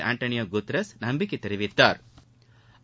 Antonio Guterres நம்பிக்கை தெரிவித்தாா்